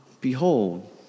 behold